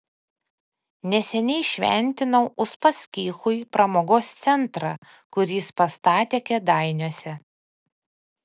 neseniai šventinau uspaskichui pramogos centrą kurį jis pastatė kėdainiuose